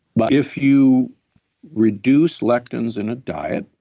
but if you reduce lectins in a diet,